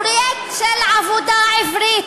פרויקט של עבודה עברית.